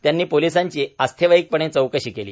त्यांनी पोलीसांची आस्थेवाईकपणे चौकशी केली